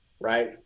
right